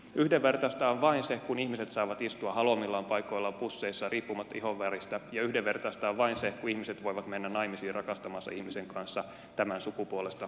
yhdenvertaista on vain se kun ihmiset saavat istua haluamillaan paikoilla busseissa riippumatta ihonväristä ja yhdenvertaista on vain se kun ihmiset voivat mennä naimisiin rakastamansa ihmisen kanssa tämän sukupuolesta riippumatta